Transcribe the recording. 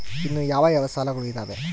ಇನ್ನು ಯಾವ ಯಾವ ಸಾಲಗಳು ಇದಾವೆ?